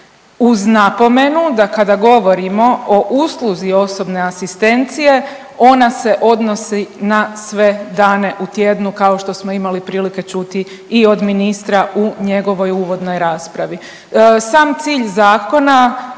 uz napomenu da kada govorim o usluzi osobne asistencije ona se odnosi na sve dane u tjednu kao što smo imali prilike čuti i od ministra u njegovoj uvodnoj raspravi. Sam cilj zakona